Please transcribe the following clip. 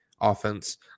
offense